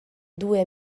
due